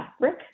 Rick